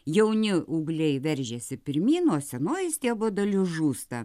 jauni ūgliai veržiasi pirmyn o senoji stiebo dalis žūsta